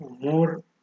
more